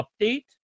update